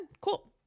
cool